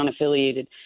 unaffiliated